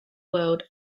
world